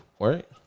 right